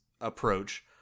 approach